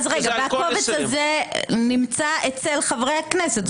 והקובץ הזה נמצא אצל חברי הכנסת?